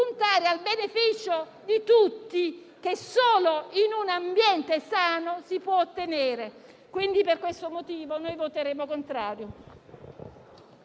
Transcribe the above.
al beneficio di tutti, che solo in un ambiente sano si può ottenere. Per questo motivo annuncio il voto contrario.